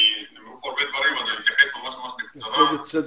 אני אתייחס ממש בקצרה.